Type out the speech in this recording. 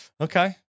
Okay